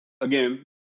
again